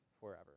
forever